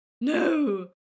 No